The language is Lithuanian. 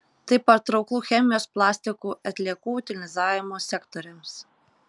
tai patrauklu chemijos plastikų atliekų utilizavimo sektoriams